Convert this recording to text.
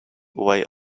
way